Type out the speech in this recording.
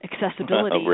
accessibility